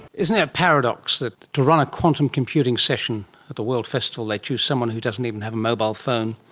isn't it paradox that to run a quantum computing session at the world festival they choose someone who doesn't even have a mobile phone.